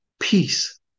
peace